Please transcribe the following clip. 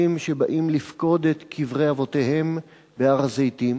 שבאים לפקוד את קברי אבותיהם בהר-הזיתים,